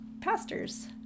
pastors